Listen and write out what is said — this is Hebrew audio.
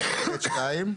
בסעיף (ב)(2),